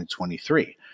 2023